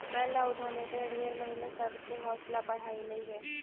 महिला उद्यमिता ढेर महिला सब के हौसला बढ़यलई हे